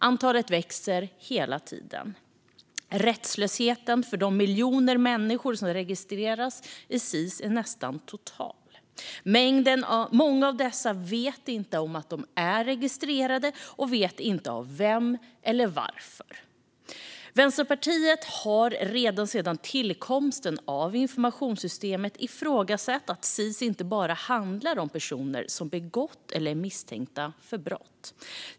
Antalet växer hela tiden. Rättslösheten för de miljoner människor som registrerats i SIS är nästan total. Många av dessa vet inte om att de är registrerade och vet inte av vem eller varför. Vänsterpartiet har redan sedan tillkomsten av informationssystemet ifrågasatt att SIS inte bara handlar om personer som begått eller är misstänkta för brott.